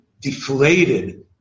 deflated